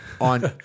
on